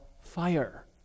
fire